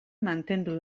mantendu